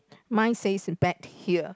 mine says bet here